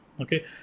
okay